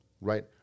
right